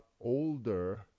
older